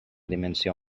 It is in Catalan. dimensió